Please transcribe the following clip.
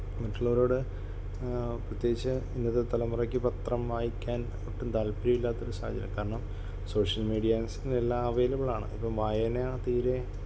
മറ്റുള്ളവരോട് പ്രത്യേകിച്ച് ഇന്നത്തെ തലമുറയ്ക്ക് പത്രം വായിക്കാൻ ഒട്ടും താല്പര്യമില്ലാത്ത ഒരു സാഹചര്യം കാരണം സോഷ്യൽ മീഡിയാസിൽ എല്ലാം അവൈലബിൾ ആണ് ഇപ്പം വായന തീരെ